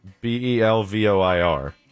B-E-L-V-O-I-R